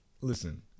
Listen